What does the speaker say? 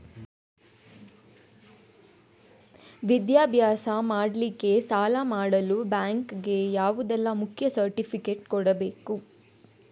ವಿದ್ಯಾಭ್ಯಾಸ ಮಾಡ್ಲಿಕ್ಕೆ ಸಾಲ ಮಾಡಲು ಬ್ಯಾಂಕ್ ಗೆ ಯಾವುದೆಲ್ಲ ಮುಖ್ಯ ಸರ್ಟಿಫಿಕೇಟ್ ಕೊಡ್ಬೇಕು?